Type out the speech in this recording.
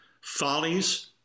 Follies